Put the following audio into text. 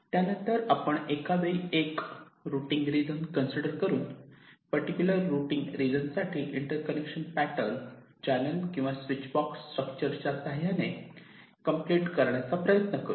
त्यानंतर आपण एकावेळी एक रुटींग रिजन कन्सिडर करून पर्टीक्युलर रुटींग रिजन साठी इंटर्कनेक्शन पॅटर्न चॅनल किंवा स्विच बॉक्स स्ट्रक्चर च्या साह्याने कम्प्लीट करण्याचा प्रयत्न करू